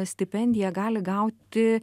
stipendiją gali gauti